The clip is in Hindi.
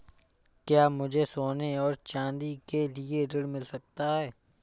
क्या मुझे सोने और चाँदी के लिए ऋण मिल सकता है?